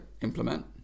implement